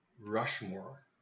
Rushmore